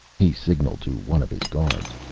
he signalled to one of his guards.